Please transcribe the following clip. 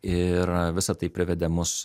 ir visa tai privedė mus